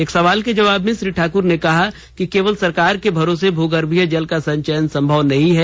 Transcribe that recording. एक सवाल के जवाब में श्री ठाकुर ने कहा कि केवल सरकार के भरोसे भू गर्भीय जल का संचयन संभव नहीं है